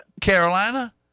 Carolina